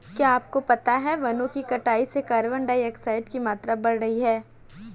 क्या आपको पता है वनो की कटाई से कार्बन डाइऑक्साइड की मात्रा बढ़ रही हैं?